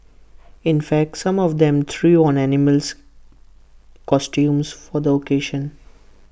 in fact some of them threw on animal costumes for the occasion